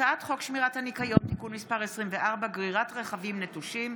הצעת חוק שמירת הניקיון (תיקון מס' 24) (גרירת רכבים נטושים),